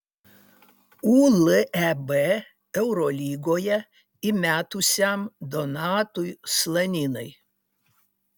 uleb eurolygoje įmetusiam donatui slaninai